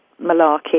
malarkey